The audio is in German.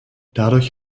dadurch